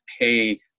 pay